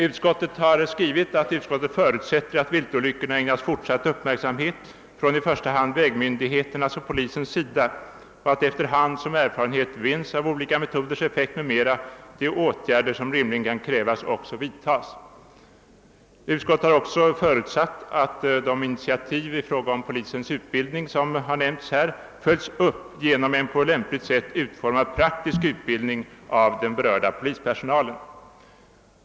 Utskottet har skrivit: »Utskottet förutsätter att viltolyckorna ägnas fortsatt uppmärksamhet från i första hand vägmyndigheternas och polisens sida och att, efter hand som erfarenhet vinns av olika metoders effekt m,. m., de åtgärler som rimligen kan krävas också vidtas.» Utskottet har också förutsatt att de initiativ i fråga om polisens utbildning som jag har nämnt följs upp genom en på lämpligt sätt utformad praktisk utbildning av den berörda polispersonalen.